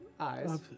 Eyes